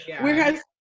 Whereas